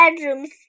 bedrooms